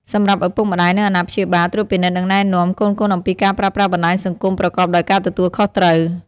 សម្រាប់ឪពុកម្តាយ និងអាណាព្យាបាល ត្រួតពិនិត្យ និងណែនាំ កូនៗអំពីការប្រើប្រាស់បណ្តាញសង្គមប្រកបដោយការទទួលខុសត្រូវ។